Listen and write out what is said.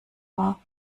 war